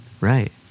Right